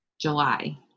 July